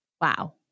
Wow